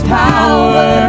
power